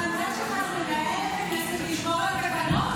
המנדט שלך זה לנהל את הכנסת, לשמור על התקנון.